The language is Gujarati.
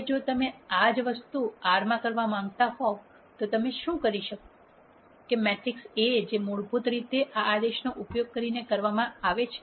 હવે જો તમે આજ વસ્તુ R માં કરાવા માંગતા હોવ તો તમે શું કરી શકો છો કે મેટ્રિક્સ A જે મૂળભૂત રીતે આ આદેશનો ઉપયોગ કરીને કરવામાં આવે છે